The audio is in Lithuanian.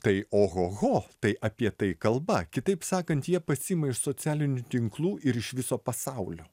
tai ohoho tai apie tai kalba kitaip sakant jie pasiima iš socialinių tinklų ir iš viso pasaulio